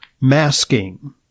masking